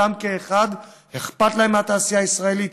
לכולם כאחד אכפת מהתעשייה הישראלית.